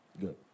Good